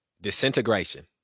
Disintegration